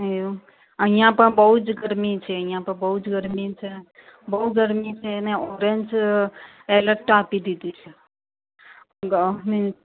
એવું અહીંયા પણ બહુ જ ગરમી છે અહીંયા તો બહુ જ ગરમી છે બહુ ગરમી છે ને ઓરેન્જ એલર્ટ આપી દીધી છે ગવર્મેન્ટ